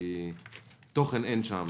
כי תוכן אין שם,